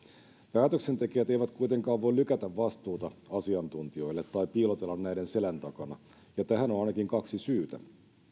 päätöksentekijät eivät kuitenkaan voi lykätä vastuuta asiantuntijoille tai piilotella näiden selän takana ja tähän on ainakin kaksi syytä